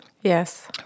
Yes